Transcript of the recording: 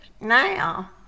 now